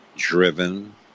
driven